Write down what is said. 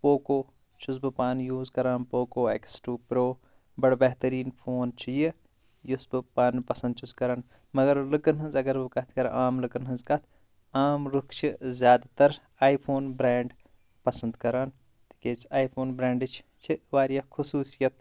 Poco چھُس بہٕ پانہٕ یوٗز کَران پوکو ایکٕس ٹوٗ پرٛو بَڈٕ بٮ۪ہتٕریٖن فون چھُ یہِ یُس بہٕ پانہٕ پَسنٛد چھُس کَران مگر لُکَن ہٕنٛز اگر بہٕ کَتھ کَرٕ عام لُکَن ہٕنٛز کَتھ عام لُکھ چھِ زیاد تر آی فون برٛینٛڈ پسنٛد کَران تِکیاز آی فون برٛینٛڈٕچ چھِ واریاہ خۄصوٗصیَت